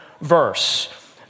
verse